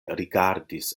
rigardis